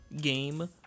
game